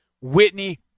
Whitney